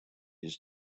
his